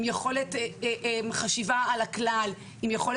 עם יכולת לחשוב על הכלל,